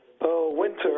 winter